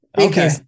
okay